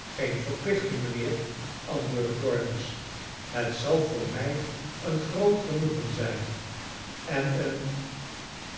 geen verplichting mijnheer antwoordde plornish het zal voor mij een groot genoegen zijn en een